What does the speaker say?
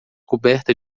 coberta